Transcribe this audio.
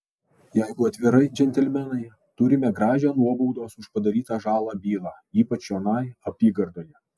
jeigu atvirai džentelmenai turime gražią nuobaudos už padarytą žalą bylą ypač čionai apygardoje